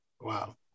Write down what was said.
Wow